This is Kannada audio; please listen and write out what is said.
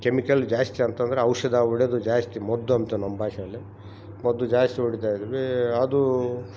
ಕೆಮಿಕಲ್ ಜಾಸ್ತಿ ಅಂತಂದರೆ ಔಷಧ ಹೊಡೆದು ಜಾಸ್ತಿ ಮದ್ದು ಅಂತೀವಿ ನಮ್ಮ ಭಾಷೇಲಿ ಮದ್ದು ಜಾಸ್ತಿ ಹೊಡಿತಾಯಿದ್ವಿ ಅದು